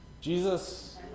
Jesus